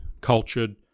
cultured